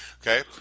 Okay